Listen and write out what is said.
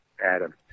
Adam